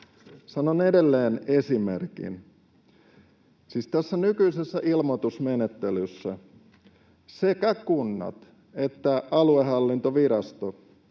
Sanon edelleen esimerkin. Siis tässä nykyisessä ilmoitusmenettelyssä sekä kunnat että aluehallintovirasto